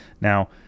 now